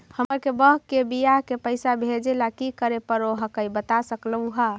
हमार के बह्र के बियाह के पैसा भेजे ला की करे परो हकाई बता सकलुहा?